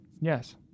Yes